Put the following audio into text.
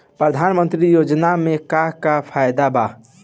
प्रधानमंत्री योजना मे का का फायदा बा?